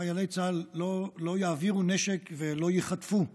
חיילי צה"ל לא יעבירו נשק ולא ייחטפו בקלות.